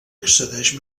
accedeix